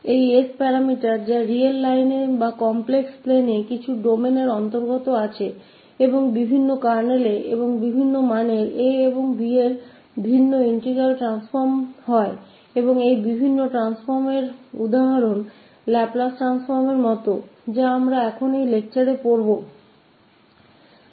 और यह पैरामीटर 𝑠 जो रियल लाइन अथवा काम्प्लेक्स प्लेन और विभिन्न कर्नेल और 𝑎 और 𝑏 के विभिन्न मूल्य विभिन्न इंटीग्रल ट्रांसफार्म की और ले जाते है और विभिन्न ट्रांसफार्म का उदाहरण लाप्लास ट्रांसफार्म है जो अब हम अध्ययन करेंगे इस व्याख्यान में